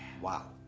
Wow